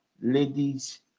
ladies